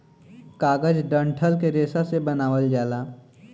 कागज डंठल के रेशा से बनावल जाला